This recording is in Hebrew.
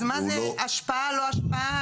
אז מה זה השפעה, לא השפעה.